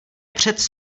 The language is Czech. přec